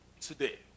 today